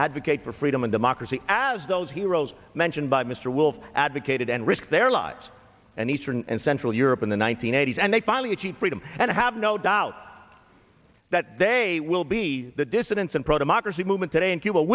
advocate for freedom and democracy as those heroes mentioned by mr wolf advocated and risked their lives and eastern and central europe in the one nine hundred eighty s and they finally achieve freedom and have no doubt that they will be the dissidents and pro democracy movement today and people